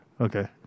Okay